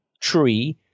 tree